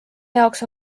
jaoks